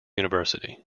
university